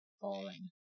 falling